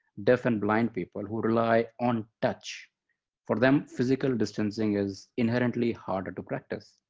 deaf and blind people who rely on touch for them physical distancing is inherently harder to practice.